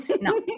no